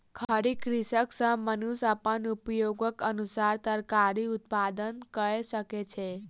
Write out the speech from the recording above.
खड़ी कृषि सॅ मनुष्य अपन उपयोगक अनुसार तरकारी उत्पादन कय सकै छै